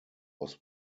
was